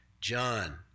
John